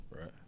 Right